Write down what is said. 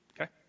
okay